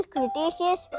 Cretaceous